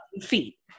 feet